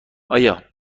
آیا